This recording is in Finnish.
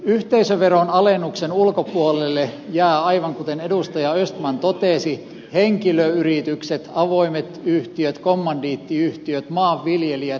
yhteisöveron alennuksen ulkopuolelle jäävät aivan kuten edustaja östman totesi henkilöyritykset avoimet yhtiöt kommandiittiyhtiöt maanviljelijät metsänomistajat